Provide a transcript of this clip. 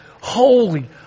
holy